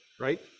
right